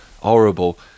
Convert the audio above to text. horrible